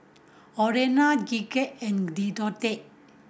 Olena Gidget and Deontae